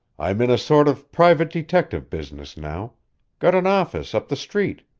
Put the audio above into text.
i'm in a sort of private detective business now got an office up the street.